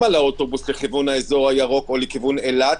על האוטובוס לכיווון האזור הירוק או לכיוון אילת,